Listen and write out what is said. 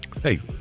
hey